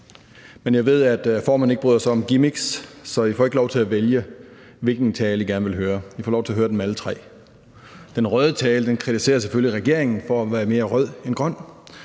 Men jeg ved, at formanden ikke bryder sig om gimmicks, så I får ikke lov til at vælge, hvilken tale I gerne vil høre. I får lov til at høre dem alle tre. Den røde tale kritiserer selvfølgelig regeringen for at være mere rød end grøn.